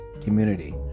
community